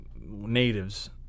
natives